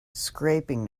scraping